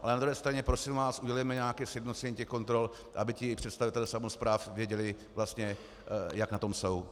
Na druhé straně, prosím vás, udělejme nějaké sjednocení těch kontrol, aby ti představitelé samospráv věděli vlastně, jak na tom jsou.